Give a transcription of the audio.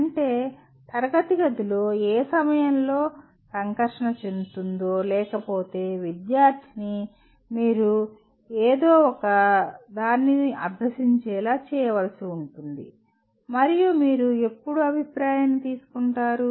అంటే తరగతి గదిలో ఏ సమయంలో సంకర్షణ చెందుతుందో లేకపోతే విద్యార్థిని మీరు ఏదో ఒకదాన్ని అభ్యసించేలా చేయవలసి ఉంటుంది మరియు మీరు ఎప్పుడు అభిప్రాయాన్ని తీసుకుంటారు